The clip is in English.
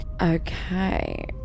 Okay